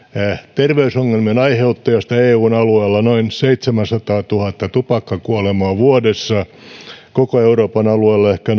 terveysongelmien aiheuttajasta eun alueella noin seitsemänsataatuhatta tupakkakuolemaa vuodessa koko euroopan alueella ehkä